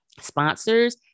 sponsors